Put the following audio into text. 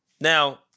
Now